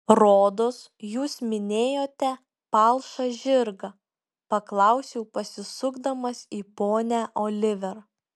rodos jūs minėjote palšą žirgą paklausiau pasisukdamas į ponią oliver